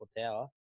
tower